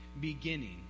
beginning